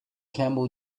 camel